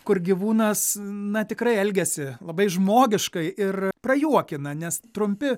kur gyvūnas na tikrai elgiasi labai žmogiškai ir prajuokina nes trumpi